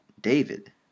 David